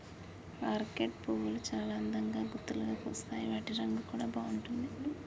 orchid పువ్వులు చాల అందంగా గుత్తులుగా పూస్తాయి వాటి రంగు కూడా బాగుంటుంది